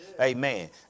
Amen